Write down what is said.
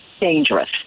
dangerous